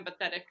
empathetic